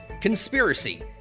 conspiracy